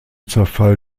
zerfall